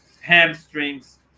hamstrings